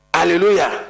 Hallelujah